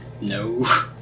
No